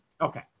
Okay